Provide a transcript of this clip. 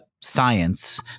science